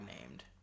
named